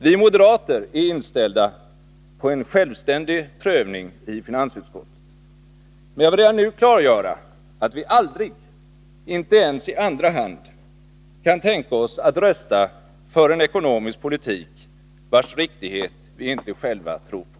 Vi moderater är inställda på en självständig prövning i finansutskottet. Men jag vill redan nu klargöra, att vi aldrig — inte ens i andra hand — kan tänka oss att rösta för en ekonomisk politik, vars riktighet vi inte själva tror på.